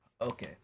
okay